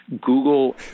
Google